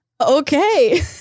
Okay